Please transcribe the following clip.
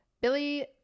billy